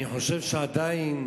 אני חושב שעדיין